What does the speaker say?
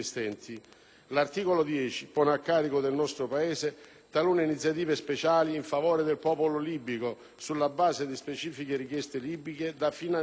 L'articolo 10 pone a carico del nostro Paese talune iniziative speciali in favore del popolo libico, sulla base di specifiche richieste libiche, da finanziare